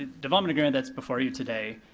development agreement that's before you today,